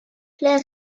leur